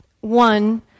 one